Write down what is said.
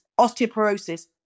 osteoporosis